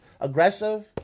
aggressive